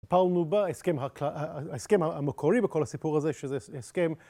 פעלנו בהסכם המקורי בכל הסיפור הזה, שזה הסכם.